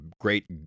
great